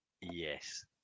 Yes